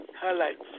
highlights